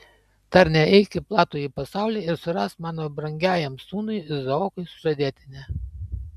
tarne eik į platųjį pasaulį ir surask mano brangiajam sūnui izaokui sužadėtinę